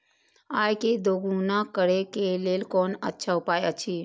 आय के दोगुणा करे के लेल कोन अच्छा उपाय अछि?